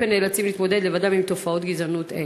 נאלצים להתמודד לבדם עם תופעות גזעניות אלו.